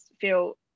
feel